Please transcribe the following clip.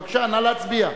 בבקשה, נא להצביע.